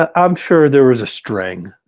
ah i'm sure there was a string